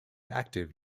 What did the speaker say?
active